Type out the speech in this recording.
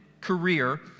career